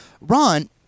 Ron